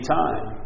time